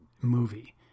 movie